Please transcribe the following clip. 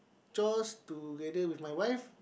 just together with my wife